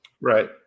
right